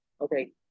Okay